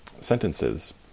sentences